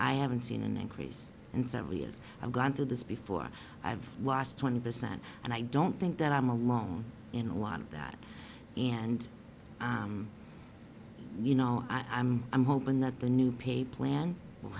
i haven't seen an increase and certainly as i've gone through this before i've lost twenty percent and i don't think that i'm alone in a lot of that and you know i'm i'm hoping that the new paper plan will